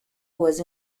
was